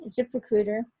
ZipRecruiter